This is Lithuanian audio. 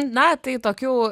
na tai tokių